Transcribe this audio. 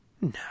No